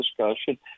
discussion—